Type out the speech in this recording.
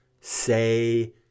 say